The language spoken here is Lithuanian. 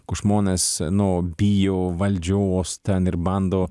kur žmonės nu bijo valdžios ten ir bando